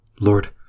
Lord